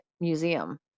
museum